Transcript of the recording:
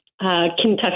Kentucky